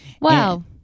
Wow